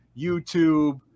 YouTube